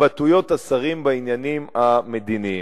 התבטאויות השרים בעניינים המדיניים.